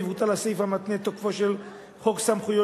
יבוטל הסעיף המתנה את תוקפו של חוק סמכויות